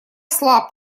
слаб